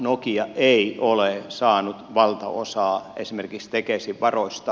nokia ei ole saanut valtaosaa esimerkiksi tekesin varoista